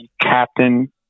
captain